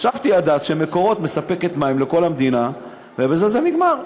חשבתי עד אז ש"מקורות" מספקת מים לכל המדינה ובזה זה נגמר.